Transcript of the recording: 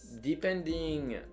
depending